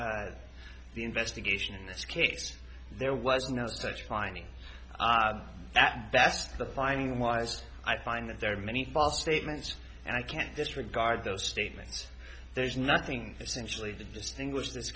the investigation in this case there was no such finding that that's the finding was i find that there are many false statements and i can't disregard those statements there's nothing essentially to distinguish this